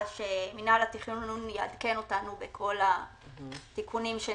שמינהל התכנון יעדכן אותנו בכל התיקונים שנעשו.